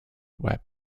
web